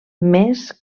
més